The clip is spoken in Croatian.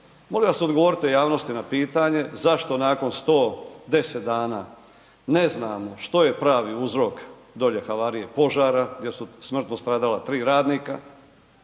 Molim vas, odgovorite javnosti na pitanje zašto nakon 110 dana ne znamo što je pravi uzrok dolje havarije, požara gdje su smrtno stradala 3 radnika.